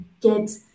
get